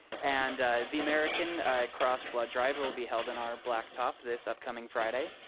and the american cross blood drive will be held on our blacktop this upcoming friday.